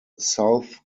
south